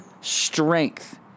strength